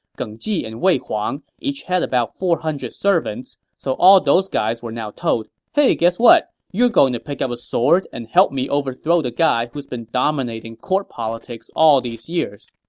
geng ji and wei huang each had about four hundred servants, so all those guys were now told, hey guess what? you're going to pick up a sword and help me overthrow the guy who's been dominating court politics all these years.